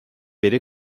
beri